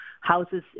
houses